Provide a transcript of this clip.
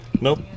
Nope